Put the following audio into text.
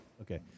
Okay